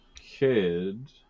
kid